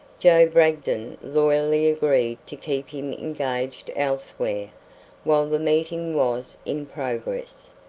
joe bragdon loyally agreed to keep him engaged elsewhere while the meeting was in progress.